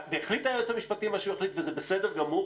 והחליט היועץ המשפטי מה שהוא החליט וזה בסדר גמור,